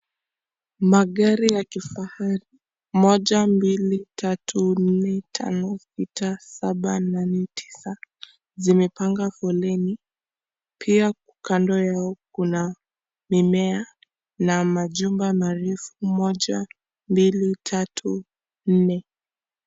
Magari ya kifahari, moja ,mbili, tatu ,nne ,tano, sita ,nane, tisa zimepanga foleni pia kando yao Kuna mimea na majumba marefu moja mbili, tatu, nne.